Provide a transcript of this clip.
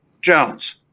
Jones